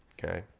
okay,